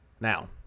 Now